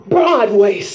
Broadway